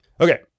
Okay